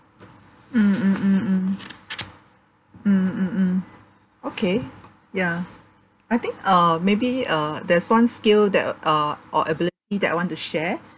mm mm mm mm mm mm mm okay ya I think uh maybe uh there's one skill that uh or ability that I want to share